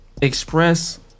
express